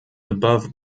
above